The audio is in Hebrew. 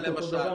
למשל.